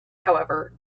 however